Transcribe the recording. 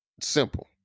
simple